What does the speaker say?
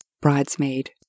bridesmaid